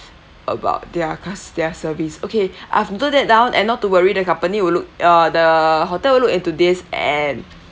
about their cus~ their service okay I've noted that down and not to worry the company will look uh the hotel will look into this and